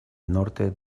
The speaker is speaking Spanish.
norte